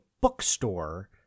bookstore